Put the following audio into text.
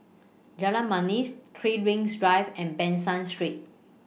Jalan Manis three Rings Drive and Ban San Street